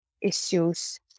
issues